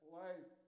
life